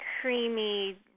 creamy